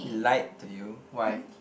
he lied to you why